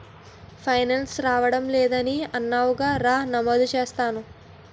pension రావడం లేదని అన్నావుగా రా నమోదు చేస్తాను